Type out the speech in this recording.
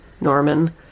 Norman